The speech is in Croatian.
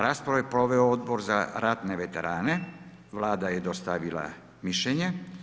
Raspravu je proveo Odbor za ratne veterane, Vlada je dostavila mišljenje.